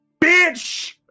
Bitch